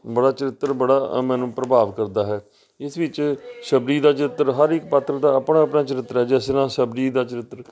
ਬੜਾ ਚਰਿੱਤਰ ਬੜਾ ਮੈਨੂੰ ਪ੍ਰਭਾਵ ਕਰਦਾ ਹੈ ਇਸ ਵਿੱਚ ਸ਼ਬਰੀ ਦਾ ਚਰਿੱਤਰ ਹਰ ਇੱਕ ਪਾਤਰ ਦਾ ਆਪਣਾ ਆਪਣਾ ਚਰਿੱਤਰ ਹੈ ਜਿਸ ਤਰ੍ਹਾਂ ਸ਼ਬਰੀ ਦਾ ਚਰਿੱਤਰ